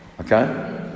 okay